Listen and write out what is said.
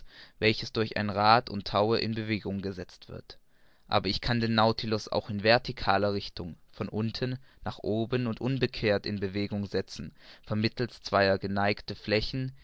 welches durch ein rad und taue in bewegung gesetzt wird aber ich kann den nautilus auch in vertikaler richtung von unten nach oben und umgekehrt in bewegung setzen vermittelst zweier geneigten flächen